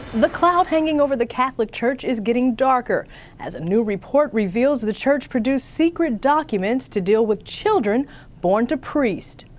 the clouds hanging over the catholic church is getting darker as a new report reveals the church produced secret documents to deal with children born to priests.